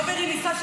נפש.